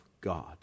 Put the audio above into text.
God